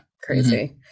Crazy